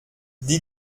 die